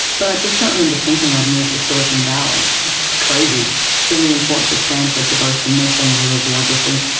but i just don't remember thinking i had moved to silicon valley, which is crazy given the importance of stanford to both the myth and the real geography.